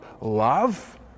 love